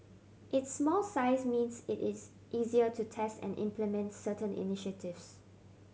its small size means it is easier to test and implement certain initiatives